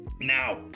now